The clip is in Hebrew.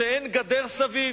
שאין גדר סביב?